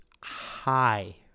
high